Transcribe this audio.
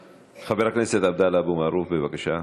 אדוני.